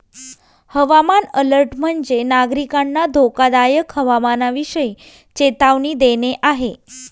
हवामान अलर्ट म्हणजे, नागरिकांना धोकादायक हवामानाविषयी चेतावणी देणे आहे